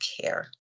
care